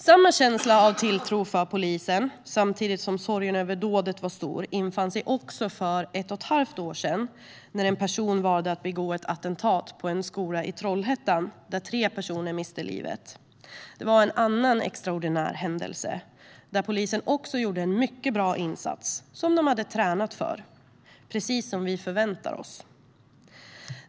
Samma känsla av tilltro för polisen, samtidigt som sorgen över dådet var stor, infann sig också för ett och ett halvt år sedan när en person valde att utföra ett attentat på en skola i Trollhättan där tre personer miste livet. Det var en annan extraordinär händelse där polisen också gjorde en mycket bra insats som de hade tränat för - precis som vi förväntar oss.